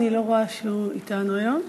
אני לא רואה שהוא אתנו היום.